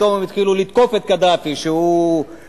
פתאום הם התחילו לתקוף את קדאפי שהוא גזען,